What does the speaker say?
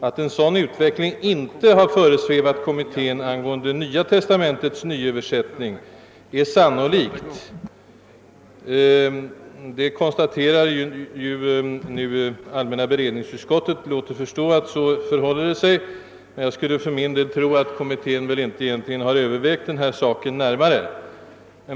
Att en sådan utveckling inte hade föresvävat kommittén angående Nya testamentets nyöversättning är sannolikt. Allmänna beredningsutskottet låter förstå att så är förhållandet. Jag skulle för min del tro att kommittén inte närmare övervägt den frågan.